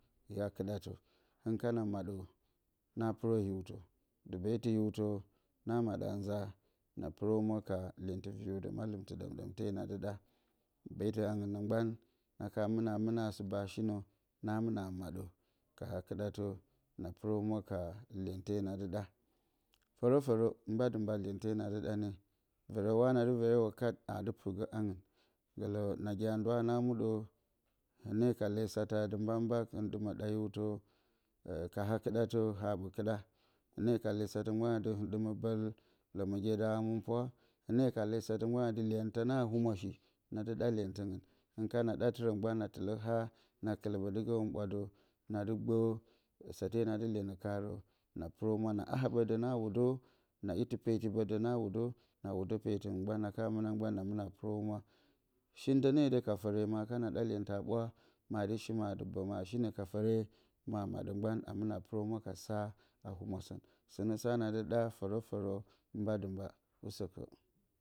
Yi haa-kɨɗatǝ. Hɨn kan maɗǝ, na pɨrǝ hiwtǝ. dɨ beetɨ hiwtǝ na maɗǝ a nza na pɨrǝ humwa ka lyentɨ viriw dǝ mallɨmtɨ ɗǝm-ɗǝmte na dɨ ɗa. Beetɨ angɨn nǝ mgban na ka mɨnǝ a mɨna a sɨ bǝ a shinǝ, na mɨnǝ ka haa-kɨɗatǝ, na pɨrǝ humwa ka lyente na dɨ ɗa fǝrǝ-fǝrǝ mba-dɨ-mba lyente na dɨ ɗa ne. Verewa na dɨ verewo kat aa dɨ pɨrgǝ angɨn. Gǝlǝ nagi a nduwa na muɗǝ, hɨne ka le satǝ atɨ. mbak-mbk hɨn ɗɨmǝ ɗa hiwtǝ. Ka haa-kɨɗatǝ. Haa ɓǝ kɨɗa, hɨne le satǝ mgban atɨ, hɨn ɗɨmǝ bǝl lǝmǝgye da hǝmɨnpwa. hɨne ka le satǝ mgban atɨ. lyentǝ na humwashi na dɨ ɗa lyentɨngɨn. Hɨn kana ɗatɨr mgban a tɨlǝ haa na kɨlǝ ɓǝtɨgǝ hɨn ɓwa dǝ, na dɨ sǝte na dɨ lyenǝ karǝ. Na pɨrǝ humwa. Na a haa ɓǝ dǝ na wudǝ, na itɨ peeti ɓǝ dǝ na wudǝ, na wudǝ peetɨngɨn gban. Na ka mɨna mgban ma mɨna pɨrǝ humwa. Shintǝ ne ǝ ka fǝre ma kana ɗa lyentǝ ɓwa. Ma dɨ shinǝ a bǝ ma shinǝ. Ka fǝre ma maɗǝ mgban a mɨnǝ a pɨrǝ humwa ka sa a humwa sǝn. Sɨnǝ sa na dɨ fǝrǝ-fǝrǝ mba-dɨ-mba. Usǝkǝ.